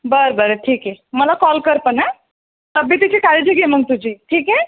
बरं बरं ठीक आहे मला कॉल कर पण आं तब्येतीची काळजी घे मग तुझी ठीक आहे